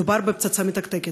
מדובר בפצצה מתקתקת.